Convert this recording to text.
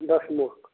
दसमाके